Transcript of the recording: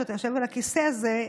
כשאתה יושב על הכיסא הזה,